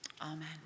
Amen